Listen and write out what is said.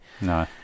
No